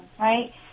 right